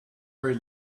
very